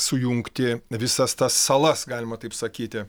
sujungti visas tas salas galima taip sakyti